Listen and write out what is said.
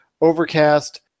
Overcast